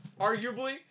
arguably